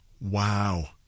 Wow